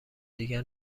دیگر